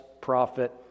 prophet